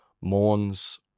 Mourn's